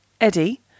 Eddie